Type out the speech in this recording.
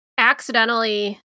Accidentally